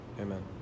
Amen